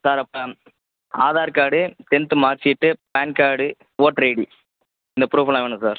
sir அப்போ Aadhaar card tenth mark sheet PAN card voter ID இந்த proof எல்லாம் வேணும் சார்